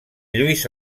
lluís